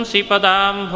Sipadam